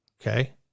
Okay